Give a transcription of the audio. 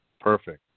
Perfect